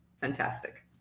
Fantastic